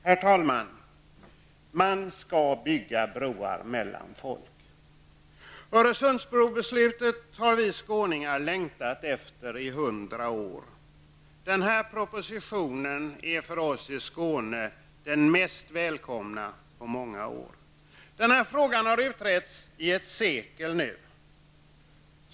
Herr talman! Man skall bygga broar mellan folk. Beslutet om en bro över Öresund har vi skåningar längtat efter i hundra år. Denna proposition är för oss i Skåne den mest välkomna på många år. Frågan har nu utretts i ett sekel.